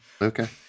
Okay